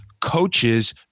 coaches